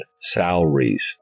salaries